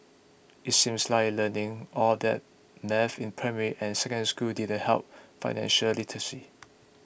it seems like learning all that maths in primary and Secondary School didn't help financial literacy